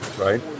right